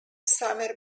summer